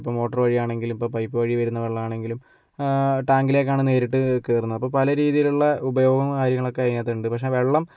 ഇപ്പോൾ മോട്ടറു വഴിയാണെങ്കില് ഇപ്പോൾ പൈപ്പ് വഴി വരുന്ന വെള്ളമാണെങ്കിലും ടാങ്കിലേക്കാണ് നേരിട്ട് കയറുന്നെ അപ്പോൾ പല രീതിയിലുള്ള ഉപയോഗവും കാര്യങ്ങളൊക്കെ അതിനകത്തുണ്ട് പക്ഷേ വെള്ളം